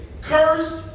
Cursed